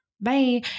Bye